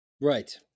right